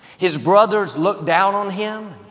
his brothers looked down on him,